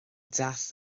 deas